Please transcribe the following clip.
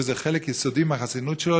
וזה חלק יסודי מהחסינות שלו,